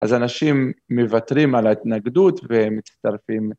אז אנשים מוותרים על ההתנגדות ומצטרפים...